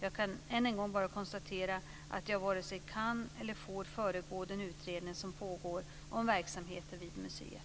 Jag kan än en gång bara konstatera att jag vare sig kan eller får föregå den utredning som pågår om verksamheten vid museet.